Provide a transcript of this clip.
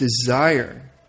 desire